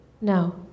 No